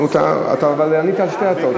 אתה ענית על שתי הצעות חוק.